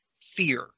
fear